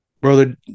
Brother